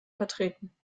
vertreten